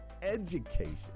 education